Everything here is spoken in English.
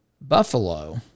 Buffalo